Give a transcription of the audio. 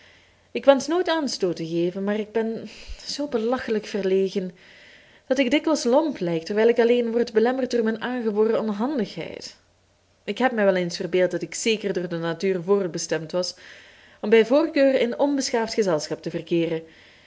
ik wensch nooit aanstoot te geven maar ik ben zoo belachelijk verlegen dat ik dikwijls lomp lijk terwijl ik alleen word belemmerd door mijn aangeboren onhandigheid ik heb mij wel eens verbeeld dat ik zeker door de natuur voorbestemd was om bij voorkeur in onbeschaafd gezelschap te verkeeren